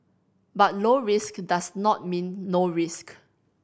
but low risk does not mean no risk